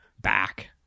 back